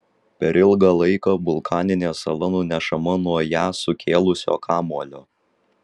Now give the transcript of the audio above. per ilgą laiką vulkaninė sala nunešama nuo ją sukėlusio kamuolio